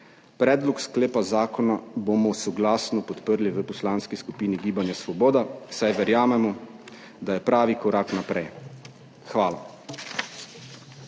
Predlog sklepa zakona bomo soglasno podprli v Poslanski skupini Gibanja Svoboda, saj verjamemo, da je pravi korak naprej. Hvala.